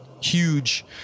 huge